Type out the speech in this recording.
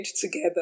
together